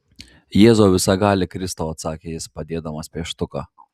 jėzau visagali kristau atsakė jis padėdamas pieštuką